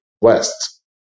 west